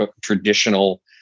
traditional